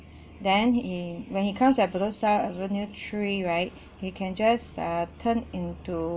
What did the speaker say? then in when he comes at bedok south avenue three right he can just uh turn in to